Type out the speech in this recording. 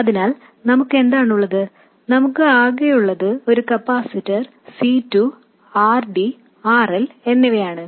അതിനാൽ നമുക്കെന്താണുള്ളത് നമുക്ക് ആകെയുള്ളത് ഒരു capacitor C 2 R D R L എന്നിവയാണ്